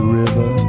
river